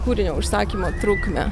kūrinio užsakymo trukmę